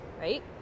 right